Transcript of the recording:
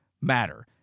matter